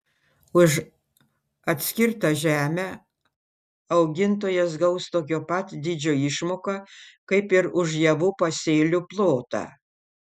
už atskirtą žemę augintojas gaus tokio pat dydžio išmoką kaip ir už javų pasėlių plotą